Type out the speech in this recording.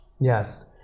Yes